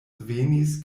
venis